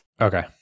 Okay